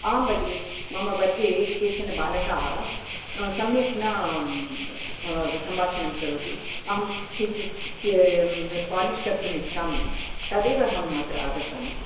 आं भगिनि मम वर्गे केचन बालकाः सम्यक् न सम्भाषणं करोति अहं किञ्चित् पालिश् कर्तुमिच्छामि तदेव अहम् अत्र आगच्छामि